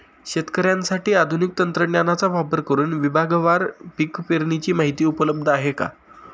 शेतकऱ्यांसाठी आधुनिक तंत्रज्ञानाचा वापर करुन विभागवार पीक पेरणीची माहिती उपलब्ध आहे का?